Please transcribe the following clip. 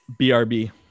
brb